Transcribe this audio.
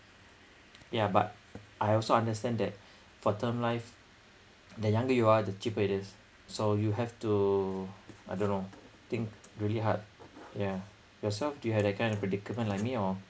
yeah but I also understand that for term life the younger you are the cheaper it is so you have to I don't know think really hard yeah yourself do you had a kind of predicament like me or